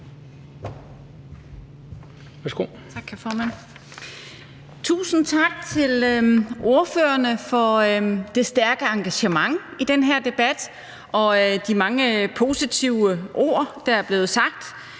Tusind tak til ordførerne for det stærke engagement i den her debat og de mange positive ord, der er blevet sagt.